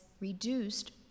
reduced